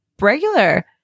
regular